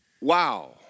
Wow